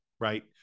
right